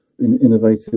innovative